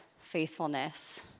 faithfulness